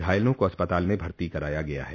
घायलों को अस्पताल में भर्ती कराया गया है